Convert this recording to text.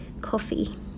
Coffee